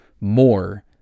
more